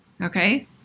Okay